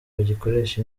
bagikoresha